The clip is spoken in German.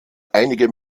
einige